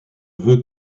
veux